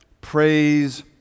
praise